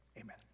amen